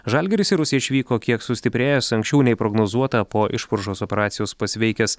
žalgiris į rusiją išvyko kiek sustiprėjęs anksčiau nei prognozuota po išvaržos operacijos pasveikęs